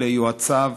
וליועציו.